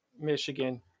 michigan